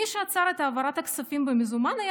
מי שעצר את העברת הכספים במזומן היה